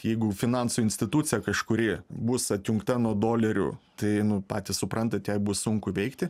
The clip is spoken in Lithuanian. jeigu finansų institucija kažkuri bus atjungta nuo dolerių tai nu patys suprantat jai bus sunku veikti